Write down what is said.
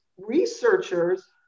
researchers